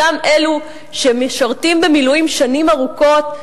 אותם אלו שמשרתים במילואים שנים ארוכות,